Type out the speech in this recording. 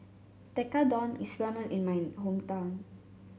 Tekkadon is well known in my hometown